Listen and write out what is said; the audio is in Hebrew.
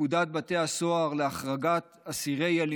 בפקודת בתי הסוהר להחרגת אסירים מסוכנים של